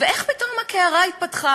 ואיך פתאום הקערה התהפכה.